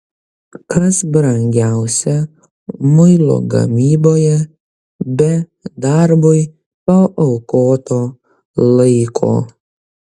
kas brangiausia muilo gamyboje be darbui paaukoto laiko